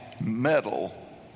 metal